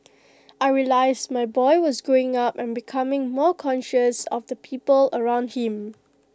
I realised my boy was growing up and becoming more conscious of the people around him